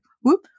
Whoop